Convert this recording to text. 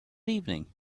evening